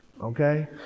okay